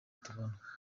tubona